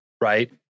Right